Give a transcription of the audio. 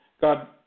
God